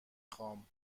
خوام